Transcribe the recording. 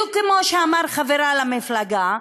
בדיוק כמו שאמר חברה למפלגה: